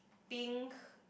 pink